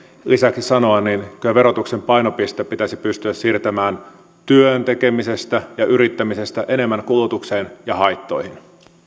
lisäksi sanoa niin kyllä verotuksen painopiste pitäisi pystyä siirtämään työn tekemisestä ja yrittämisestä enemmän kulutukseen ja haittoihin